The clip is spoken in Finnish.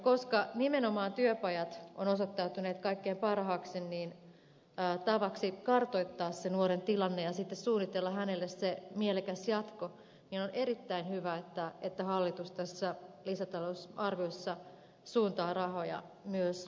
koska nimenomaan työpajat ovat osoittautuneet kaikkein parhaaksi tavaksi kartoittaa nuoren tilanne ja sitten suunnitella hänelle mielekäs jatko on erittäin hyvä että hallitus tässä lisätalousarviossa suuntaa rahoja myös työpajoille